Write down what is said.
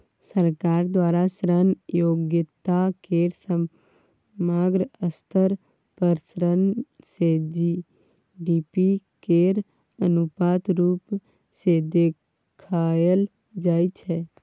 सरकार द्वारा ऋण योग्यता केर समग्र स्तर पर ऋण सँ जी.डी.पी केर अनुपात रुप सँ देखाएल जाइ छै